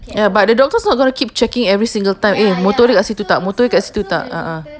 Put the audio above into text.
ya but the doctor's not gonna keep checking every single time eh motor ada kat situ tak motor ada kat situ tak